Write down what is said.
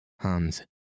Hans